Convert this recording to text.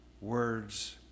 words